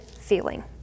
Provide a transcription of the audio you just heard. feeling